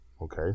okay